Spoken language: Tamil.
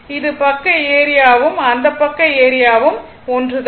இது பக்க ஏரியாவும் அந்த பக்க ஏரியாவும் ஒன்று தான்